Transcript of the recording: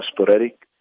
sporadic